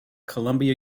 columbia